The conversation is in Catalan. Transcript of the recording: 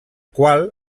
qual